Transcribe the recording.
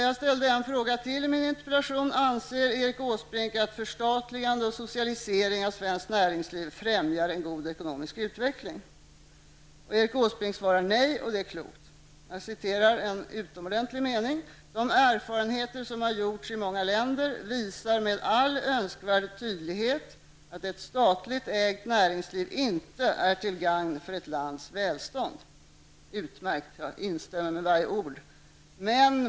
Jag ställde en fråga till i min interpellation: Anser Erik Åsbrink att förstatligande och socialisering av svenskt näringsliv främjar en god ekonomisk utveckling? Erik Åsbrink svarar nej, och det är klokt. Jag citerar en utomordentlig mening: ''De erfarenheter som gjorts i många länder visar med all önskvärd tydlighet att ett statligt ägt näringsliv inte är till gagn för ett lands välstånd.'' Utmärkt! Jag instämmer i varje ord.